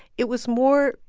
it was more,